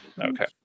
Okay